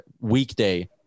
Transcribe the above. weekday